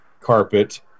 carpet